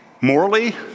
Morally